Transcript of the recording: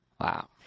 wow